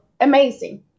amazing